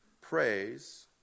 Praise